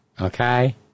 okay